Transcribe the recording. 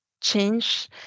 change